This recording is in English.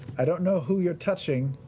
i don't know who you're touching,